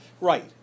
Right